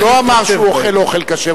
הוא לא אמר שהוא אוכל אוכל כשר,